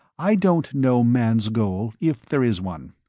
i don't know man's goal, if there is one.